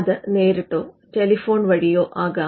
അത് നേരിട്ടോ ടെലിഫോൺ വഴിയോ ആകാം